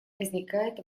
возникает